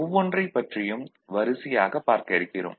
ஒவ்வொன்றைப் பற்றியும் வரிசையாகப் பார்க்க இருக்கிறோம்